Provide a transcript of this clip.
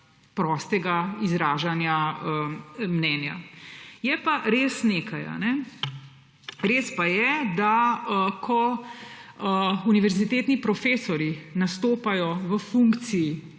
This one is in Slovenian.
prostega izražanja mnenja. Je pa res nekaj. Res pa je, da ko univerzitetni profesorji nastopajo v funkciji